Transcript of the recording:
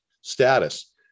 status